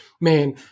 Man